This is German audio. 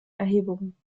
erhebungen